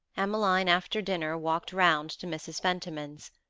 emmeline, after dinner, walked round to mrs. fentiman's.